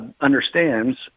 understands